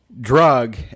drug